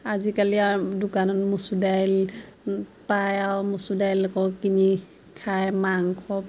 আজিকালি আৰু দোকানত মচুৰ দাইল পায় আৰু মচুৰ দাইল আকৌ কিনি খাই মাংস